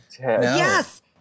Yes